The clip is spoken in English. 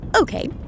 Okay